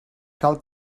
cal